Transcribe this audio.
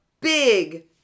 big